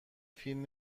فیلم